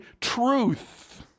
truth